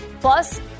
Plus